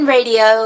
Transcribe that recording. Radio